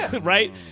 Right